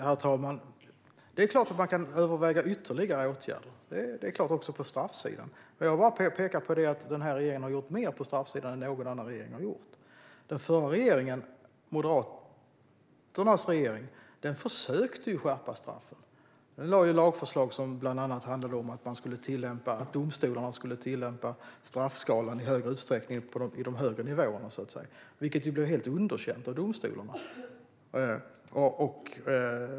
Herr talman! Det är klart att man kan överväga ytterligare åtgärder också på straffsidan. Jag vill bara peka på att den här regeringen har gjort mer på straffsidan än någon annan regering har gjort. Den förra regeringen - Moderaternas regering - försökte skärpa straffen. Den lade fram lagförslag som bland annat handlade om att domstolarna i högre utsträckning ska tillämpa straffskalan på de högre nivåerna, vilket blev helt underkänt av domstolarna.